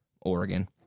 Oregon